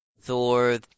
Thor